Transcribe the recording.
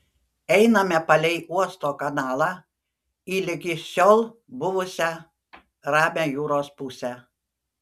einame palei uosto kanalą į ligi šiol buvusią ramią jūros pusę